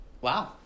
Wow